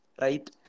right